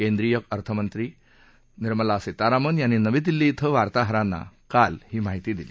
केंद्रीय अर्थमंत्री निर्मला सीतारामन यांनी नवी दिल्ली इथं वार्ताहरांना काल ही माहिती दिली